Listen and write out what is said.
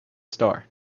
star